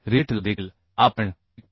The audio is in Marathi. रिवेट ला देखील आपण 1